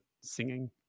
singing